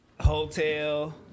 Hotel